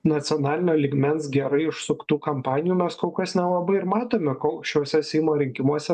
nacionalinio lygmens gerai užsuktų kampanijų mes kol kas nelabai ir matome kol šiuose seimo rinkimuose